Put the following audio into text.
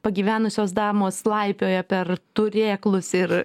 pagyvenusios damos laipioja per turėklus ir